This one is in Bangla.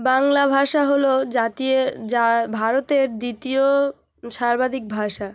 বাংলা ভাষা হলো জাতীয় যা ভারতের দ্বিতীয় সর্বাধিক ভাষা